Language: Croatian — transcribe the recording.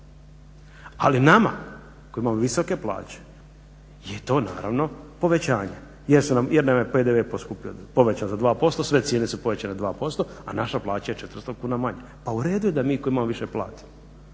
Ali nama koji imamo visoke plaće je to naravno povećanje jer nam je PDV povećan za 2%, sve cijene su povećane za 2% a naša plaća je 400 kuna manja. Pa uredu je da mi koji imamo više platimo,